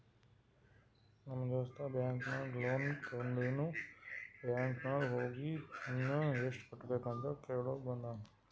ನಮ್ ದೋಸ್ತ ಬ್ಯಾಂಕ್ ನಾಗ್ ಲೋನ್ ತೊಂಡಿನು ಬ್ಯಾಂಕ್ ನಾಗ್ ಹೋಗಿ ಇನ್ನಾ ಎಸ್ಟ್ ಕಟ್ಟಬೇಕ್ ಅಂತ್ ಕೇಳ್ಕೊಂಡ ಬಂದಾನ್